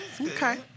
Okay